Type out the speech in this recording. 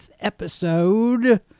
episode